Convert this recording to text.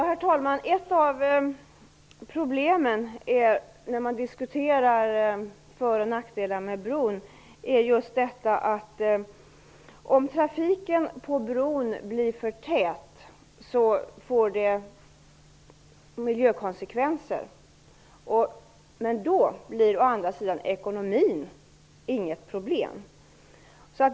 Herr talman! Ett av problemen när man diskuterar för och nackdelar med bron är just detta: Om trafiken på bron blir för tät får det miljökonsekvenser, men då blir å andra sidan ekonomin inget problem.